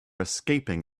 escaping